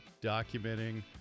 documenting